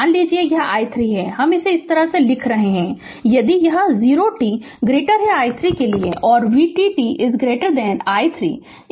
मान लीजिए यह i 3 हम इस तरह लिख रहे हैं यदि यह है 0 t i 3 और v0 t i 3 इस तरह लिख रहे हैं